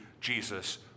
Jesus